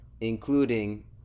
including